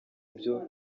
byo